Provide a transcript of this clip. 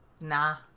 Nah